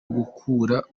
gukura